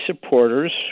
supporters